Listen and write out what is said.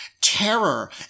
terror